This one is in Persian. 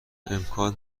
امکان